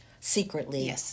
secretly